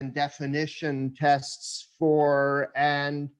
The definition tests for and